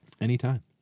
Anytime